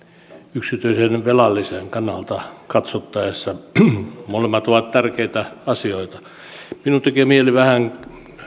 yksityisen velallisen kannalta katsottaessa molemmat ovat tärkeitä asioita minun tekee mieleni vähän